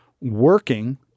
working